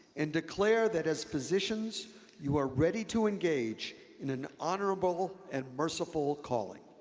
and declare that as physicians you are ready to engage in an honorable and merciful calling.